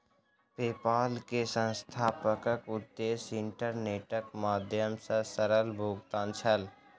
PayPal के संस्थापकक उद्देश्य इंटरनेटक माध्यम सॅ सरल भुगतान छल